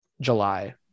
July